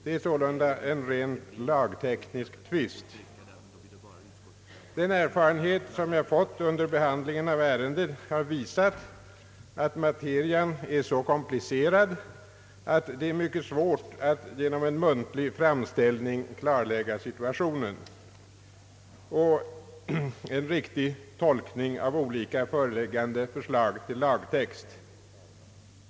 Det är sålunda en rent lagteknisk tvist. Den erfarenhet som jag fått under behandlingen av ärendet har visat att materian är så komplicerad att det är mycket svårt att genom en muntlig framställning klarlägga situationen och den verkliga innebörden av olika föreliggande förslag till lagtext.